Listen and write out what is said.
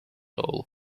all